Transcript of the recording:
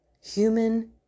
human